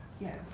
Yes